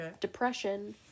depression